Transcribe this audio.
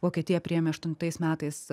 vokietija priėmė aštuntais metais